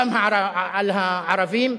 גם על הערבים,